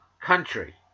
country